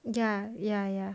ya ya ya